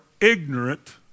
ignorant